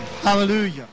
Hallelujah